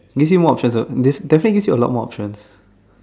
gives you more options ah def~ definitely gives you a lot more options